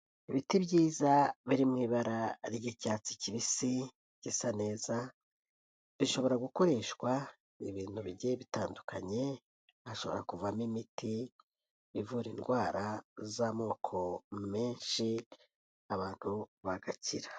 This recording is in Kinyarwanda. Ibiti byiza biri mu ibara ry'icyatsi kibisi gisa neza, bishobora gukoreshwa ibintu bigiye bitandukanye hashobora kuvamo imiti ivura indwara z'amoko menshi abantu bagakira.